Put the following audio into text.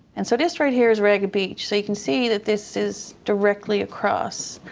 and so this right here is ragged beach. so you can see that this is directly across.